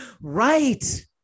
Right